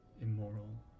immoral